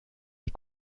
les